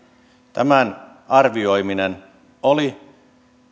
tämän arvioiminen oli